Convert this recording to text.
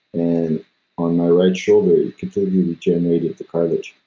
and on my right shoulder it completely regenerated the cartilage.